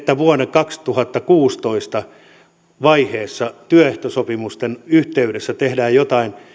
että vuonna kaksituhattakuusitoista työehtosopimusten yhteydessä tehdään joitain